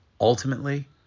Ultimately